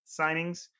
signings